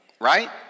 right